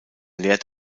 lehrt